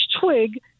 twig